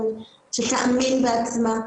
שתאמין בעצמה.